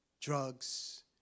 drugs